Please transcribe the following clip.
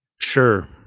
sure